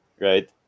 right